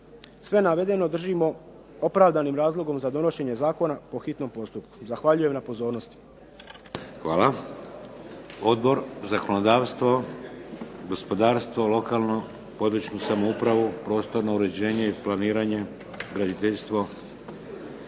Sve navedeno držimo opravdanim razlogom za donošenje zakona po hitnom postupku. Zahvaljujem na pozornosti.